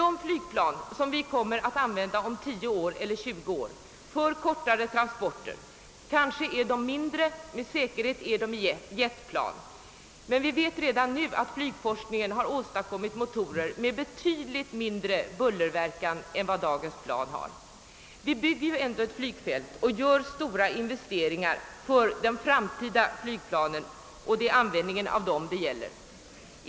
De flygplan som kommer att användas om 10-—20 år för kortare transporter är kanske mindre men med säkerhet är de jetplan. Vi vet emellertid redan nu, att flygforskningen har åstadkommit motorer med betydligt mindre bullerverkan än dagens plan. Vi skall ändå bygga ett flygfält och de stora investeringar som skall göras avser just användningen av framtida flygplan.